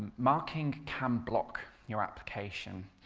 marking can block your application.